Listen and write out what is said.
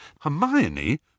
Hermione